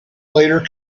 later